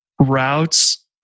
routes